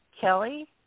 Kelly